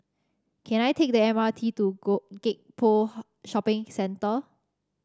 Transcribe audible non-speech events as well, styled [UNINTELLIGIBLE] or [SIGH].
can I take the M R T to [UNINTELLIGIBLE] Gek Poh Shopping Centre